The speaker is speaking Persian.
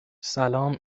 سلام